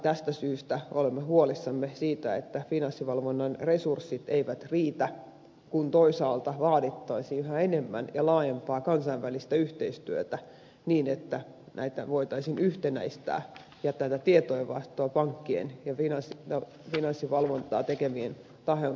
tästä syystä olemme huolissamme siitä että finanssivalvonnan resurssit eivät riitä kun toisaalta vaadittaisiin yhä enemmän ja laajempaa kansainvälistä yhteistyötä niin että näitä voitaisiin yhtenäistää ja tätä tietojenvaihtoa pankkien ja finanssivalvontaa tekevien tahojen välillä parantaa